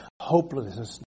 hopelessness